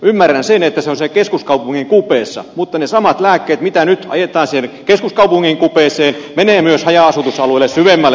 ymmärrän sen että se on siellä keskuskaupungin kupeessa mutta ne samat lääkkeet mitä nyt ajetaan sinne keskuskaupungin kupeeseen menevät myös haja asutusalueelle syvemmälle suomeen